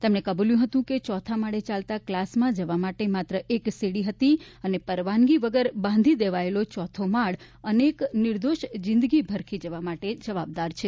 તેમણે કબૂલ્યું હતું કે ચોથા માળે ચાલતા ક્લાસમાં જવા માટે માત્ર એક સીડી હતી અને પરવાનગી વગર બાંધી દેવાયેલો ચોથો માળ અનેક નિર્દોષ જિંદગી ભરખી જવા માટે જવાબદાર છે